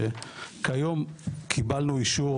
כיום קיבלנו אישור,